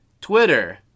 Twitter